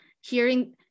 hearing